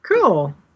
cool